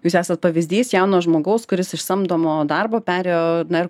jūs esat pavyzdys jauno žmogaus kuris iš samdomo darbo perėjo na ir